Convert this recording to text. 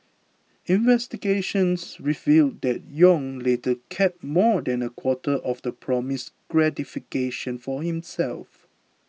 investigations revealed that Yong later kept more than a quarter of the promised gratification for himself